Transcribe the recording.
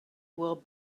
will